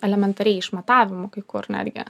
elementariai išmatavimų kai kur netgi